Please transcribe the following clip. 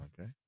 Okay